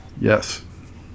Yes